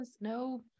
no